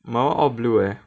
my one all blue eh